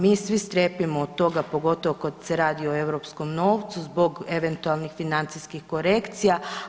Mi svi strepimo od toga pogotovo kada se radi o europskom novcu zbog eventualnih financijskih korekcija.